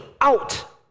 out